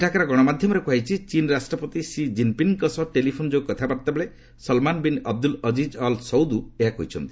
ସେଠାକାର ଗଣମାଧ୍ୟମରେ କୁହାଯାଇଛି ଚୀନ୍ ରାଷ୍ଟ୍ରପତି ସିଜିନ୍ପିଙ୍ଗ୍ଙ୍କ ସହ ଟେଲିଫୋନ୍ ଯୋଗେ କଥାବାର୍ତ୍ତା ବେଳେ Salman bin Abdul Aziz Al Saud ଏହା କହିଛନ୍ତି